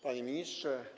Panie Ministrze!